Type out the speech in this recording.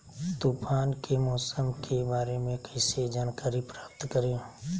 तूफान के मौसम के बारे में कैसे जानकारी प्राप्त करें?